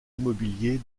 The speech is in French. immobilier